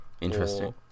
interesting